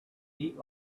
eat